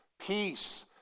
peace